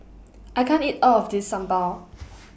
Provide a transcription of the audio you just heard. I can't eat All of This Sambar